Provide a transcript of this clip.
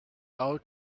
out